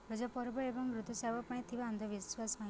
ରଜ ପର୍ବ ଏବଂ ଋତୁସ୍ରାବ ପାଇଁ ଥିବା ଅନ୍ଧବିଶ୍ଵାସ ଭାଙ୍ଗିବା